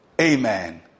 Amen